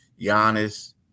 Giannis